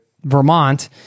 Vermont